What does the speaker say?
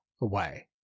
away